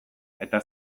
eta